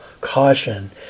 caution